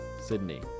Sydney